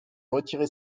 retirer